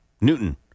Newton